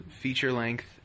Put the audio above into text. feature-length